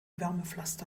wärmepflaster